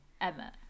emma